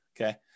Okay